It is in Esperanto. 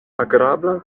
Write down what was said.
agrabla